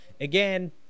again